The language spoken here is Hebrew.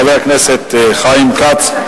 חבר הכנסת חיים כץ.